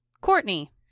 Courtney